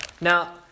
Now